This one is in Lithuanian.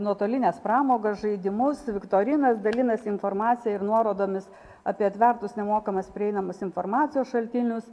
nuotolines pramogas žaidimus viktorinas dalinasi informacija ir nuorodomis apie atvertus nemokamas prieinamas informacijos šaltinius